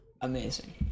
amazing